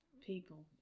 people